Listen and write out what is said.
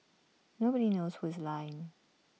nobody knows who is lying